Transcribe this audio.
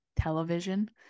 television